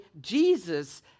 Jesus